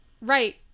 Right